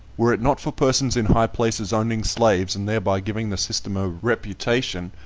were it not for persons in high places owning slaves, and thereby giving the system a reputation,